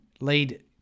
lead